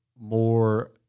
more